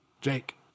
Jake